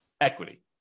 equity